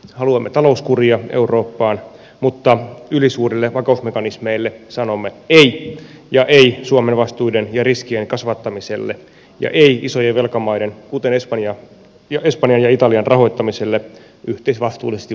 haluamme talouskuria eurooppaan mutta ylisuurille vakausmekanismeille sanomme ei sanomme ei suomen vastuiden ja riskien kasvattamiselle ja ei isojen velkamaiden kuten espanjan ja italian rahoittamiselle yhteisvastuullisesti vakausmekanismien kautta